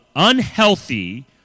Unhealthy